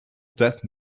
death